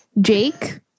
jake